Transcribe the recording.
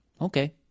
okay